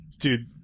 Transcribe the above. dude